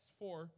four